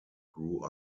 grew